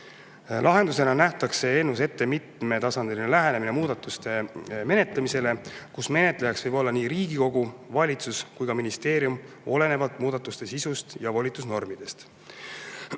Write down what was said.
Lahendusena nähakse eelnõus ette mitmetasandiline lähenemine muudatuste menetlemise korral: menetlejaks võib-olla nii Riigikogu, valitsus kui ka ministeerium olenevalt muudatuste sisust ja volitusnormidest.